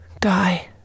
die